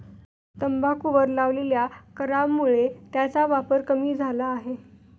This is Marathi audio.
तंबाखूवर लावलेल्या करामुळे त्याचा वापर कमी झाला आहे